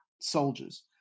soldiers